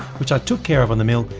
which i took care of on the mill,